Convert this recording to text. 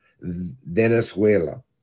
Venezuela